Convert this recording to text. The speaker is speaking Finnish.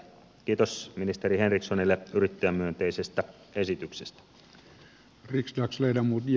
kiitos ministeri henrikssonille yrittäjämyönteisestä esityksestä